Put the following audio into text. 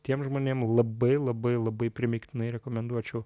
tiem žmonėm labai labai labai primygtinai rekomenduočiau